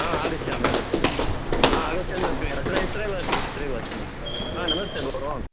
ह आगच्छामि आगच्छामि आ आगच्छामि अत्र अत्र अत्रैव अस्मि अत्रैव अस्मि आ नमस्ते भोः